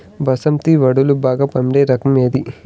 బాస్మతి వడ్లు బాగా పండే రకం ఏది